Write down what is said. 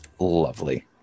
Lovely